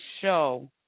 Show